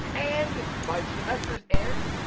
and, by the semester's end,